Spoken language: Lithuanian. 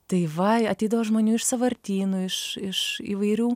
tai va ateidavo žmonių iš sąvartynų iš iš įvairių